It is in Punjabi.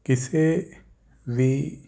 ਕਿਸੇ ਵੀ